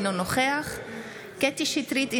אינו נוכח קטי קטרין שטרית,